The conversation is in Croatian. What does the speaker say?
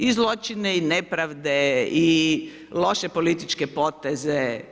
I zločine i nepravde i loše političke poteze.